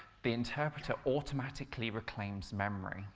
the interpreter automatically reclaims memory